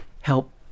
help